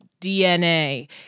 DNA